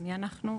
מי אנחנו.